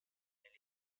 elle